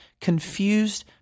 confused